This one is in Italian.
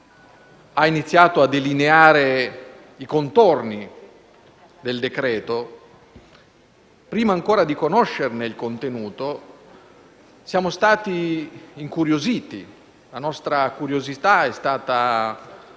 ha iniziato a delineare i contorni del decreto-legge, prima ancora di conoscerne il contenuto siamo stati incuriositi. La nostra curiosità è stata